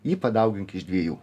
jį padaugink iš dviejų